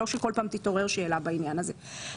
לא שכל פעם תתעורר שאלה בעניין הזה.